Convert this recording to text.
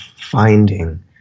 finding